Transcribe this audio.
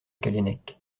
callennec